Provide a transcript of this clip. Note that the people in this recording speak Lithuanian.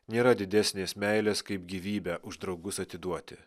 nėra didesnės meilės kaip gyvybę už draugus atiduoti